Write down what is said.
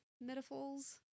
metaphors